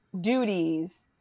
duties